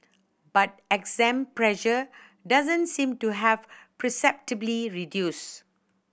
but exam pressure doesn't seem to have perceptibly reduced